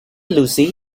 lucy